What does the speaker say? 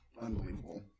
Unbelievable